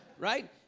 Right